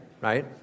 right